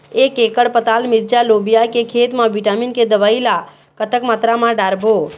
एक एकड़ पताल मिरचा लोबिया के खेत मा विटामिन के दवई ला कतक मात्रा म डारबो?